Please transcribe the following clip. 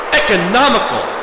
economical